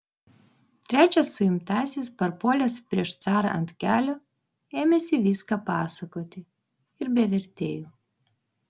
trečias suimtasis parpuolęs prieš carą ant kelių ėmėsi viską pasakoti ir be vertėjų